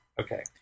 Okay